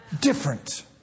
Different